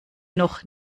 noch